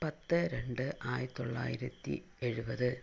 പത്ത് രണ്ട് ആയിരത്തി തൊള്ളായിരത്തി എഴുപത്